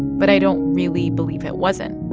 but i don't really believe it wasn't.